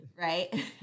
right